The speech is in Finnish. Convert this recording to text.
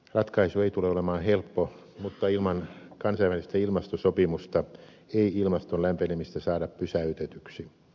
ratkaisu ei tule olemaan helppo mutta ilman kansainvälistä ilmastosopimusta ei ilmaston lämpenemistä saada pysäytetyksi